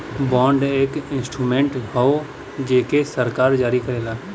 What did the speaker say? bond एक instrument हौ जेके सरकार जारी करला